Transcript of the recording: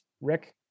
Rick